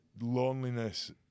loneliness